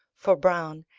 for browne,